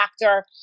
factor